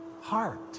heart